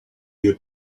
you